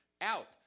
out